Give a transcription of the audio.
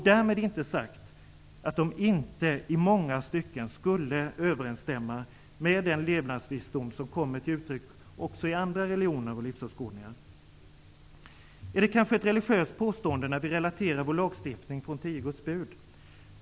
Därmed inte sagt att de inte i många stycken skulle överensstämma med den levnadsvisdom som kommer till utryck också i andra religioner och livsåskådningar. Är det kanske ett religiöst påstående när vi relaterar vår lagstiftning från tio Guds bud?